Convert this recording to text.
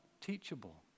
teachable